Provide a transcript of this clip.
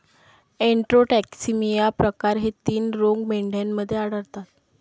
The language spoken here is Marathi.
एन्टरोटॉक्सिमिया प्रकार हे तीन रोग मेंढ्यांमध्ये आढळतात